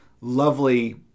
lovely